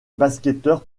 basketteur